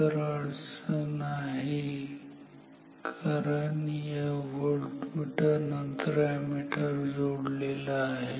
तर अडचण आहे कारण या व्होल्टमीटर नंतर अॅमीटर जोडलेला आहे